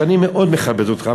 שאני מאוד מכבד אותך,